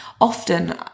Often